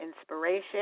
inspiration